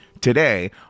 today